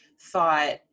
thought